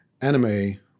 anime